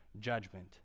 judgment